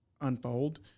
unfold